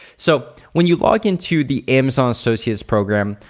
so, when you log into the amazon associates program,